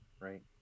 right